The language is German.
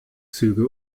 züge